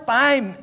time